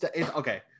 okay